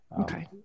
okay